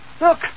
Look